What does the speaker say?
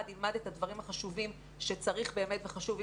ילמד את הדברים החשובים שצריך באמת וחשוב,